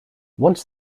once